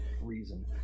reason